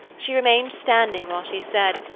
she remained standing while she said,